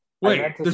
wait